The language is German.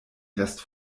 rest